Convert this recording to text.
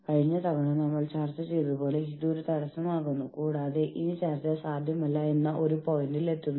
ജീവനക്കാരുടെ കൂട്ടായ ബോഡികളുമായി ഇടപെടുന്നതിനുള്ള മാർഗങ്ങളുമായി അവർ വരുന്നു